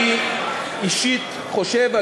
אני אישית חושב,